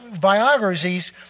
biographies